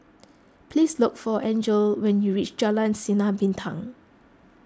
please look for Angele when you reach Jalan Sinar Bintang